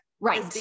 Right